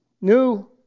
new